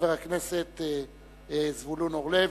ואכן יחול על הצעת חוק זו דין רציפות.